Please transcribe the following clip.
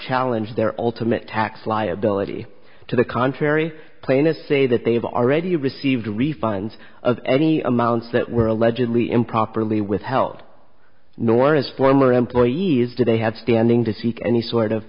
challenge their ultimate tax liability to the contrary plainest say that they've already received refunds of any amounts that were allegedly improperly withheld nor his former employees did they have standing to seek any sort of